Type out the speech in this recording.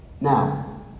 Now